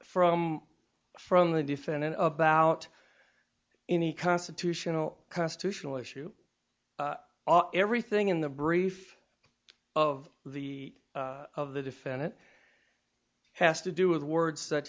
from from the defendant about any constitutional constitutional issue everything in the brief of the of the defendant has to do with words such